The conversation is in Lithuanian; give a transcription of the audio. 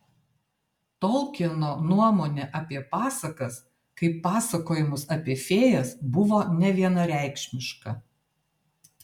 tolkieno nuomonė apie pasakas kaip pasakojimus apie fėjas buvo nevienareikšmiška